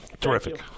Terrific